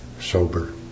sober